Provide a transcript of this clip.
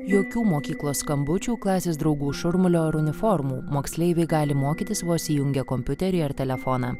jokių mokyklos skambučių klasės draugų šurmulio ar uniformų moksleiviai gali mokytis vos įjungę kompiuterį ar telefoną